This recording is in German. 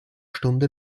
stunde